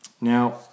Now